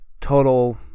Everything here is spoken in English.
total